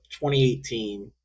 2018